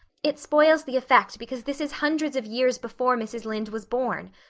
it spoils the effect because this is hundreds of years before mrs. lynde was born.